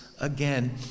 again